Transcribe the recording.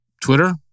Twitter